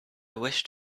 wished